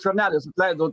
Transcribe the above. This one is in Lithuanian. skvernelis leido